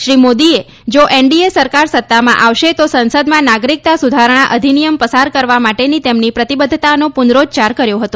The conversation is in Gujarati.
શ્રી મોદીએ જો એનડીએ સરકાર સત્તામાં આવશે તો સંસદમાં નાગરિકતા સુધારણા અધિનિયમ પસાર કરવા માટેની તેમની પ્રતિબધ્ધતાનો પુનરોચ્ચાર કર્યો હતો